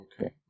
Okay